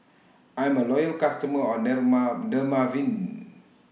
I'm A Loyal customer of Dermaveen